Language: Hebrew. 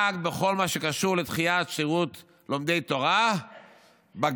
רק בכל מה שקשור לדחיית שירות לומדי תורה בג"ץ